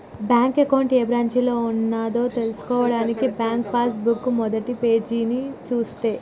bank account ఏ బ్రాంచిలో ఉన్నదో తెల్సుకోవడానికి బ్యాంకు పాస్ బుక్ మొదటిపేజీని చూస్తే